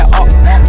up